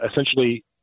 essentially